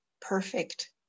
perfect